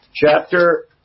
Chapter